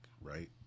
right